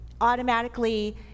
automatically